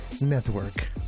network